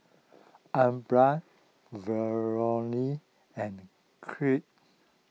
Aubra Valorie and